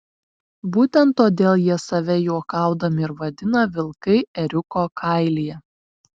būtent todėl jie save juokaudami ir vadina vilkai ėriuko kailyje